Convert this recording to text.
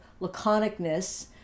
laconicness